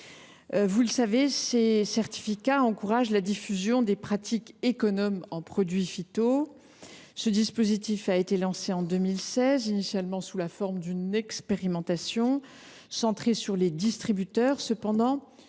Vous le savez, ces certificats encouragent la diffusion des pratiques économes en produits phytosanitaires. Ce dispositif a été lancé en 2016, initialement sous la forme d’une expérimentation centrée sur les distributeurs.